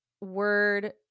word